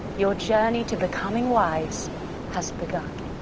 your journey to becoming wise has begun.